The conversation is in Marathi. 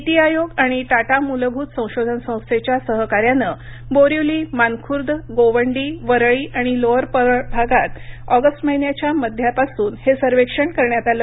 नीती आयोग आणि टाटा मूलभूत संशोधन संस्थेच्या सहकार्यानं बोरीवली मानखुर्द गोवंडी वरळी आणि लोअर परळ भागात अॅगस्ट महिन्याच्या मध्यापासून हे सर्वेक्षण करण्यात आलं